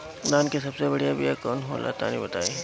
धान के सबसे बढ़िया बिया कौन हो ला तनि बाताई?